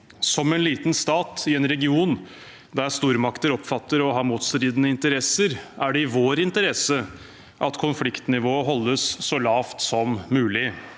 «Som en liten stat i en region der stormakter oppfatter å ha motstridende interesser, er det i vår interesse at konfliktnivået holdes så lavt som mulig.